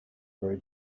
grew